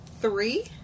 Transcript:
three